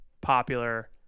popular